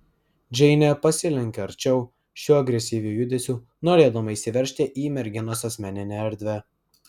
džeinė pasilenkė arčiau šiuo agresyviu judesiu norėdama įsiveržti į merginos asmeninę erdvę